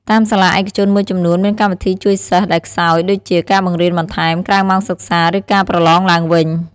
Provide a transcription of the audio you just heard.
តាមសាលាឯកជនមួយចំនួនមានកម្មវិធីជួយសិស្សដែលខ្សោយ ដូចជា ការបង្រៀនបន្ថែម ក្រៅម៉ោងសិក្សា ឬការប្រឡងឡើងវិញ។